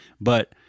but-